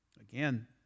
again